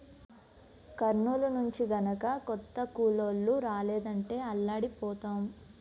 కర్నూలు నుంచి గనక కొత్త కూలోళ్ళు రాలేదంటే అల్లాడిపోతాం